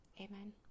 Amen